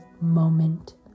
moment